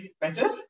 matches